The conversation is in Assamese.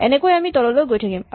এনেকৈয়ে আমি তললৈ গৈ থাকিম